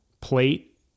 plate